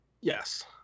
Yes